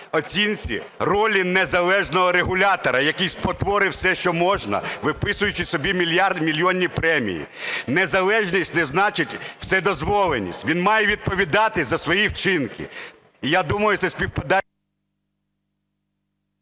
оцінці ролі незалежного регулятора, який спотворив все, що можна, виписуючи собі мільярдні і мільйоні премії. Незалежність не значить вседозволеність, він має відповідати за свої вчинки.